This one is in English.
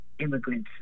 Immigrants